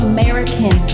American